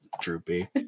droopy